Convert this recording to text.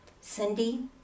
Cindy